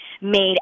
made